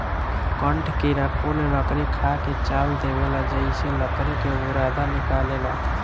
कठ किड़ा कुल लकड़ी खा के चाल देवेला जेइसे लकड़ी के बुरादा निकलेला